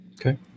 Okay